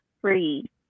Free